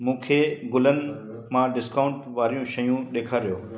मूंखे गुलनि मां डिस्काउंट वारियूं शयूं ॾेखारियो